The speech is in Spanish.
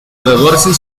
graduarse